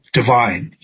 divine